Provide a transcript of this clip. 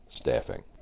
Staffing